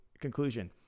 conclusion